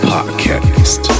Podcast